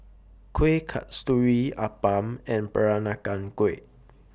Kueh Kasturi Appam and Peranakan Kueh